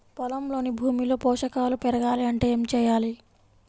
పొలంలోని భూమిలో పోషకాలు పెరగాలి అంటే ఏం చేయాలి?